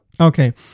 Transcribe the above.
Okay